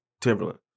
Timberland